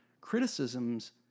criticisms